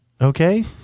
okay